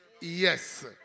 Yes